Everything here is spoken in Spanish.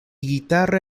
guitarra